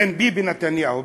בין ביבי נתניהו,